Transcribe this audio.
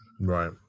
Right